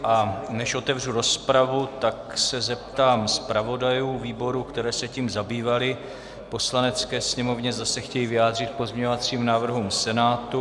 A než otevřu rozpravu, tak se zeptám zpravodajů výborů, které se tím zabývaly v Poslanecké sněmovně, zda se chtějí vyjádřit k pozměňovacím návrhům Senátu.